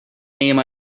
name